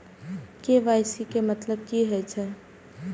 KYC के मतलब कि होई छै?